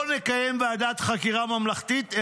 לא נקיים ועדת חקירה ממלכתית,